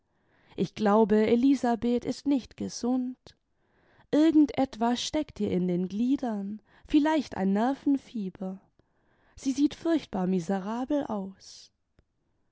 ich glaube elisabeth ist nicht gesund irgend etwas steckt ihr in den gliedern vielleicht ein nervenfieber sie sieht furchtbar miserabel aus